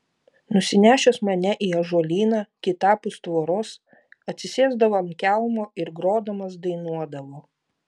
nusinešęs mane į ąžuolyną kitapus tvoros atsisėsdavo ant kelmo ir grodamas dainuodavo